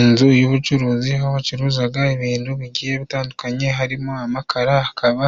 Inzu y'ubucuruzi aho bacuruzaga ibintu bigiye bitandukanye， harimo amakara，ikaba